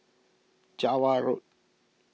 Java Road